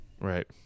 Right